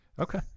Okay